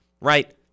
right